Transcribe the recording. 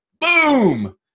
Boom